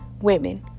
women